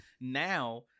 Now